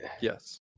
Yes